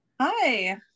Hi